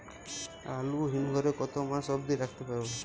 আলু হিম ঘরে কতো মাস অব্দি রাখতে পারবো?